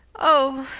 oh,